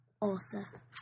author